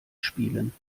spielen